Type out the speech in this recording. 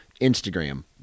Instagram